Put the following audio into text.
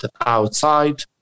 outside